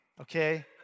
okay